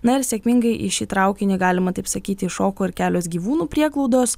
na ir sėkmingai į šį traukinį galima taip sakyti įšoko ir kelios gyvūnų prieglaudos